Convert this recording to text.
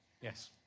yes